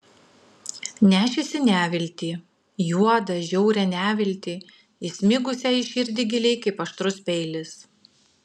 nešėsi neviltį juodą žiaurią neviltį įsmigusią į širdį giliai kaip aštrus peilis